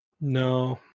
No